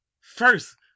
First